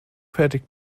fertig